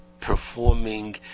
performing